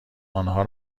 آنها